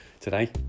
today